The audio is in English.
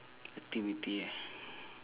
activity